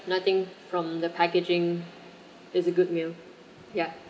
nothing from the packaging is a good meal ya